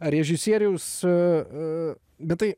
režisieriaus bet tai